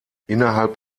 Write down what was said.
innerhalb